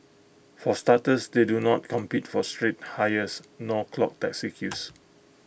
for starters they do not compete for street hires nor clog taxi queues